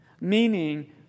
meaning